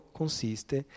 consiste